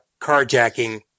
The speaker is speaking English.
carjacking